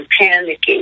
panicking